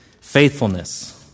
faithfulness